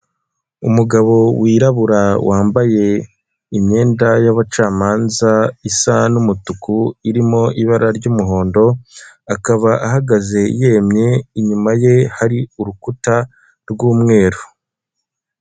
Umugabo wirabura wambaye imyenda y'abacamanza isa n'umutuku irimo ibara ry'umuhondo, akaba ahagaze yemye inyuma ye hari urukuta rw'umweru.